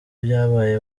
byabaye